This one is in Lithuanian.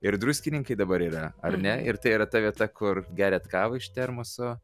ir druskininkai dabar yra ar ne ir tai yra ta vieta kur geriat kavą iš termoso